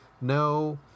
no